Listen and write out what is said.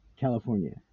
California